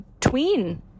tween